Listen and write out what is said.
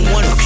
One